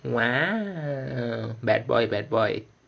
!wow! bad boy bad boy